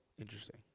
Interesting